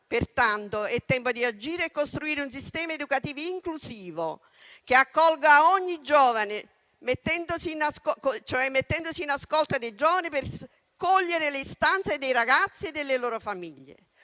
Pertanto, è tempo di agire e costruire un sistema educativo inclusivo che accolga ogni giovane, mettendosi in ascolto per cogliere le istanze dei ragazzi e delle loro famiglie.